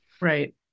Right